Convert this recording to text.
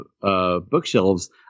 bookshelves